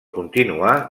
continuar